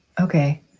Okay